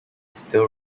still